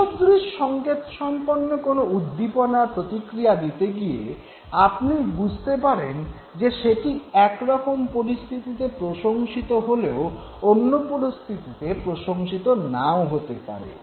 বিসদৃশ সঙ্কেতসম্পন্ন কোনো উদ্দীপনার প্রতিক্রিয়া দিতে গিয়ে আপনি বুঝতে পারেন যে সেটি একরকম পরিস্থিতিতে প্রশংসিত হলেও অন্যরকম পরিস্থিতিতে প্রশংসিত নাও হতে পারে